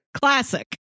classic